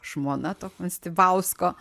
žmona to konstibausko